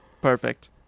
Perfect